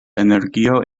energio